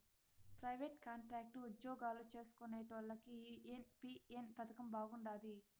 private, contract ఉజ్జోగాలు చేస్కునేటోల్లకి ఈ ఎన్.పి.ఎస్ పదకం బాగుండాది